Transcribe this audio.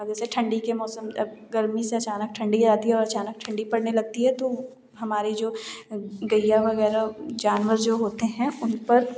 जैसे ठंडी के मौसम तक गर्मी से अचानक ठंडी आ जाती है और अचानक ठंडी पड़ने लगती है तो हमारे जो गैया वगैरह जानवर जो होते हैं उन पर